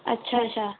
अच्छा अच्छा